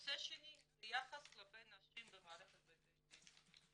הנושא השני זה היחס כלפי הנשים במערכת בתי הדין.